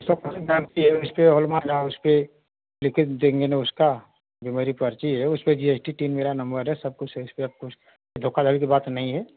ना उसपर hallmark लगा उसपर लिखित देंगे ना उसका जो मेरी पर्ची है उसपर जी एस टी टीम मेरा नंबर है सब कुछ है इसपर आपको धोखाधड़ी की बात नहीं है